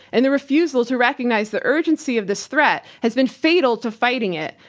and the refusal to recognize the urgency of this threat has been fatal to fighting it.